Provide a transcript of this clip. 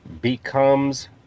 becomes